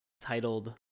titled